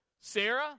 Sarah